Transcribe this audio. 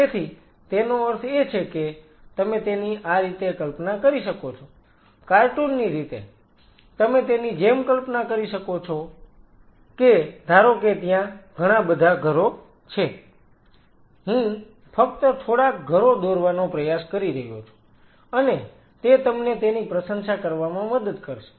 તેથી તેનો અર્થ એ છે કે તમે તેની આ રીતે કલ્પના કરી શકો છો કાર્ટૂન ની રીતે તમે તેની જેમ કલ્પના કરી શકો છો કે ધારો કે ત્યાં ઘણાબધા ઘરો છે Refer Slide Time 1340 હું ફક્ત થોડાક ઘરો દોરવાનો પ્રયાસ કરી રહ્યો છું અને તે તમને તેની પ્રશંસા કરવામાં મદદ કરશે